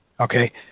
Okay